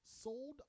sold